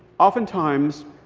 oftentimes,